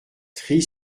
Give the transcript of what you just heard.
trie